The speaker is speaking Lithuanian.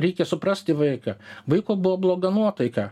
reikia suprasti vaiką vaiko buvo bloga nuotaika